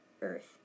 Earth